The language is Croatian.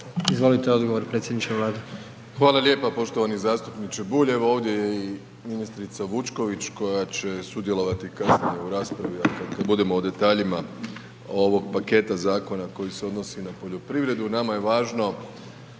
**Plenković, Andrej (HDZ)** Hvala lijepa, poštovani zastupniče Bulj. Evo ovdje je i ministrica Vučković koja će sudjelovati kasnije raspravi .../Govornik se ne razumije./... budemo u detaljima ovog paketa zakona koji se odnosi na poljoprivredu, nama je važno